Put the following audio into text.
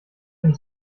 dem